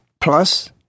plus